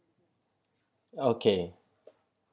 oh okay